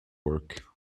work